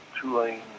two-lane